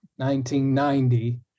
1990